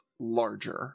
larger